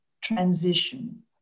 transition